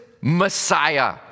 Messiah